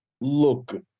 Look